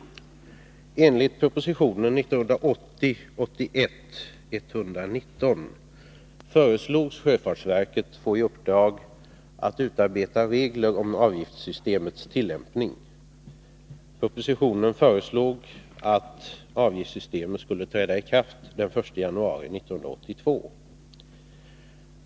Enligt proposition 1980/81:119 föreslogs sjöfartsverket få i uppdrag att utarbeta regler för avgiftssystemets tillämpning. Propositionen föreslog vidare att avgiftssystemet skulle träda i kraft den 1 januari 1982.